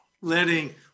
Letting